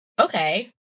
Okay